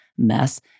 mess